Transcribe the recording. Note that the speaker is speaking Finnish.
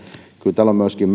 kyllä tämä on myöskin